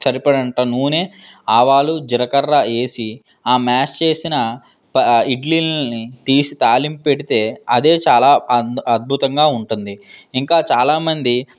సరిపడంత నూనె ఆవాలు జీలకర్ర వేసి ఆ మ్యాష్ చేసిన ప ఇడ్లీలని తీసి తాలింపు పెడితే అదే చాలా అంద అద్బుతంగా ఉంటుంది ఇంకా చాలా మంది